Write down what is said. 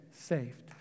saved